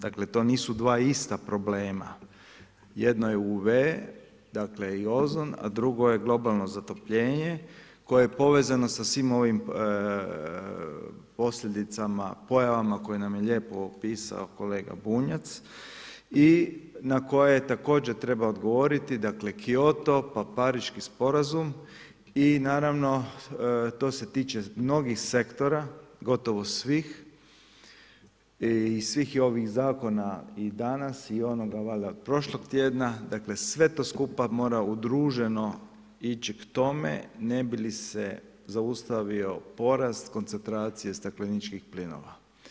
Dakle, to nisu dva ista problema, jedno je UV i ozon, a drugo je globalno zatopljenje koje je povezano sa svim ovim posljedicama, pojavama koje nam je lijepo opisao kolega Bunjac i na koje također treba odgovoriti dakle, Kyoto, pa Pariški sporazum, i naravno to se tiče mnogih sektora gotovo svih i svih ovih zakona i danas i onoga valjda prošlog tjedna dakle, sve to skupa mora udruženo ići k tome ne bi li se zaustavio porast koncentracije stakleničkih plinova.